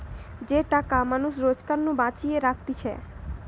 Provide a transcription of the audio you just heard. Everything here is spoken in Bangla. যে টাকা মানুষ রোজগার নু বাঁচিয়ে রাখতিছে